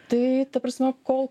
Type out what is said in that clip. tai ta prasme kol